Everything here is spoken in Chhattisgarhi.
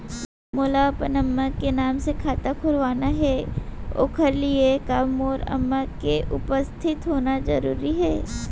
मोला अपन अम्मा के नाम से खाता खोलवाना हे ओखर लिए का मोर अम्मा के उपस्थित होना जरूरी हे?